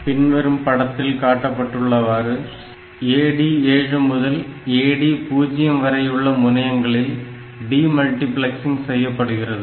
பின்வரும் படத்தில் காட்டப்பட்டுள்ளவாறு AD7 முதல் AD0 வரையுள்ள முனையங்களில் டி மல்டிபிளக்ஸிங் செய்யப்படுகிறது